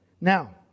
Now